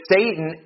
Satan